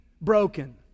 broken